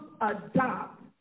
adopt